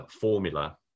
formula